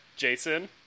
Jason